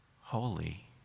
holy